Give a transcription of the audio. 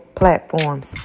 platforms